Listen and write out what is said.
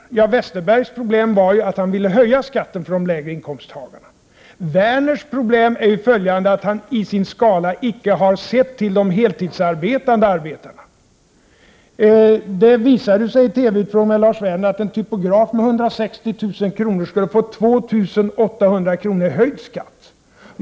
Bengt Westerbergs problem var att han ville höja skatten för människor med låga inkomster. Lars Werners problem är att han i sin skatteskala inte har sett till de heltidsarbetande människorna. Det visade sig i TV:s utfrågning av Lars Werner att en typograf med 160 000 kr. om året skulle få 2 800 kr. i höjd skatt.